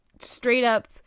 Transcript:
straight-up